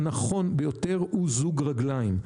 הנכון ביותר הוא זוג רגליים.